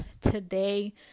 today